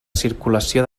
circulació